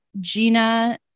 Gina